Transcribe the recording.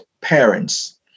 parents